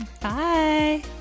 Bye